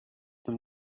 them